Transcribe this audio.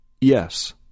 Yes